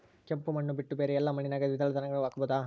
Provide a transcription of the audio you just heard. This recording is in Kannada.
ಕೆಂಪು ಮಣ್ಣು ಬಿಟ್ಟು ಬೇರೆ ಎಲ್ಲಾ ಮಣ್ಣಿನಾಗ ದ್ವಿದಳ ಧಾನ್ಯಗಳನ್ನ ಹಾಕಬಹುದಾ?